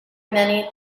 many